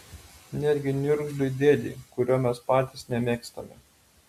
netgi niurgzliui dėdei kurio mes patys nemėgstame